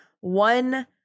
one